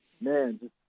man